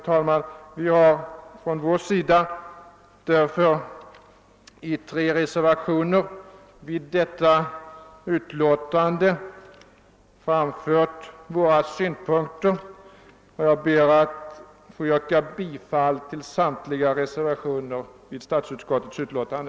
Herr talman! Vi på vår sida har i tre reservationer framfört våra synpunkter, och jag ber att få yrka bifall till reservationerna 1, 2 och 3.